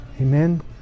Amen